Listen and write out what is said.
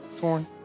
corn